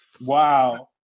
Wow